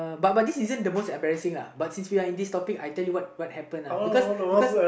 but but this isn't the most embarrassing lah but since we are in this topic I tell you what what happen lah